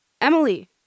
Emily